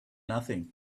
nothing